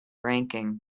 ranking